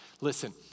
Listen